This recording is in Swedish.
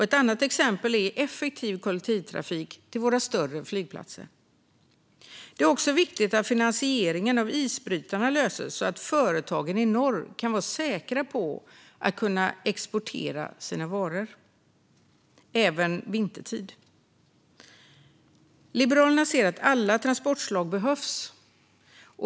Ett annat exempel är effektiv kollektivtrafik till våra större flygplatser. Det är också viktigt att finansieringen av isbrytarna löses, så att företagen i norr kan vara säkra på att kunna exportera sina varor även vintertid. Liberalerna ser att alla transportslag behövs.